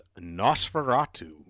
Nosferatu